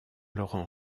laurent